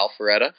Alpharetta